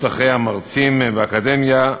אחרי המרצים באקדמיה,